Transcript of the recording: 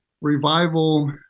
revival